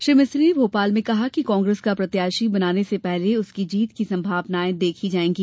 श्री मिस्त्री ने भोपाल में कहा कि कांग्रेस का प्रत्याशी बनाने से पहले उसकी जीत की संभावनायें देखी जायेंगी